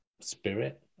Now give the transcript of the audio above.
spirit